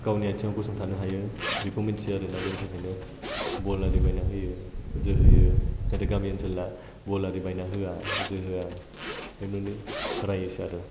गावनि आथिङाव गसंथानो हायो बेखौ मिन्थियो आरोना बेनि थाखायनो बल आरि बायनानै होयो जोहोयो नाथाय गामि ओनसोलना बल आरि बायना होआ जोहोआ ओमफ्राय न'नि रायोसो आरो